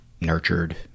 nurtured